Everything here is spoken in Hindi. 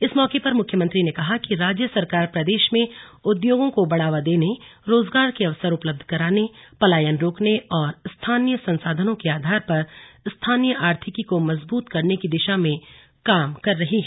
इस मौके पर मुख्यमंत्री ने कहा कि राज्य सरकार प्रदेश में उद्योगों को बढ़ावा देने रोजगार के अवसर उपलब्ध करवाने पलायन रोकने और स्थानीय संसाधनों के आधार पर स्थानीय आर्थिकी को मजबूत करने की दिशा में काम कर रही है